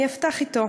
אפתח אתו: